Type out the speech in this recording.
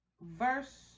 verse